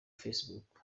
facebook